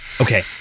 Okay